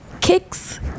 kicks